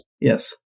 yes